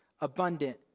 abundant